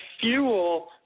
fuel